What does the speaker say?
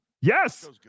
Yes